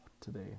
today